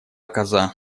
коза